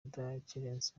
kudakerensa